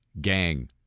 gang